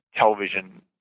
television